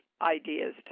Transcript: ideas